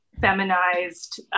feminized